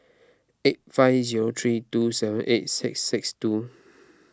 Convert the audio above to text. eight five zero three two seven eight six six two